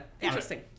Interesting